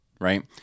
right